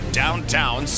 downtown